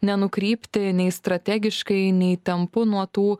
nenukrypti nei strategiškai nei tempu nuo tų